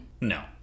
No